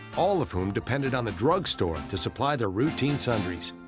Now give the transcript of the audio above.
all of whom depended on the drugstore to supply their routine sundries.